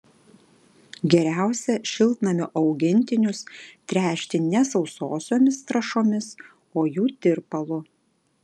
geriausia šiltnamio augintinius tręšti ne sausosiomis trąšomis o jų tirpalu